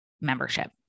membership